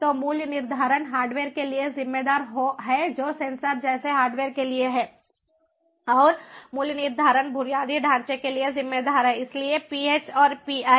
तो मूल्य निर्धारण हार्डवेयर के लिए जिम्मेदार है जो सेंसर जैसे हार्डवेयर के लिए है और मूल्य निर्धारण बुनियादी ढांचे के लिए जिम्मेदार है इसलिए पी एच और पी आई